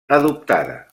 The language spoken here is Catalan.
adoptada